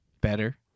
better